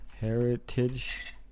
Heritage